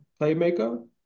playmaker